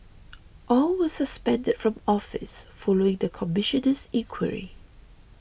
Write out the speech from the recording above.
all were suspended from office following the Commissioner's inquiry